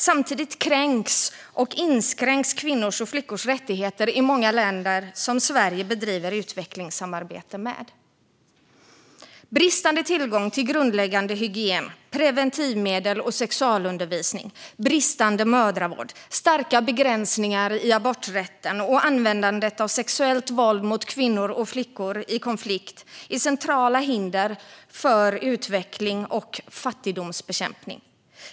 Samtidigt kränks och inskränks kvinnors och flickors rättigheter i många länder som Sverige bedriver utvecklingssamarbete med. Bristande tillgång till grundläggande hygien, preventivmedel och sexualupplysning, bristande mödravård, starka begränsningar i aborträtten och användandet av sexuellt våld mot kvinnor och flickor i konflikt är centrala hinder för utveckling och fattigdomsbekämpning.